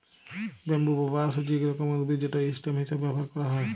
bamboo বা বাঁশ হছে ইক রকমের উদ্ভিদ যেট ইসটেম হিঁসাবে ব্যাভার ক্যারা হ্যয়